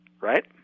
right